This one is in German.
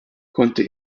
konnte